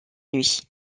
nuit